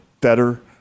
better